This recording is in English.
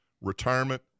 Retirement